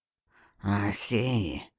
i see.